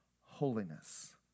holiness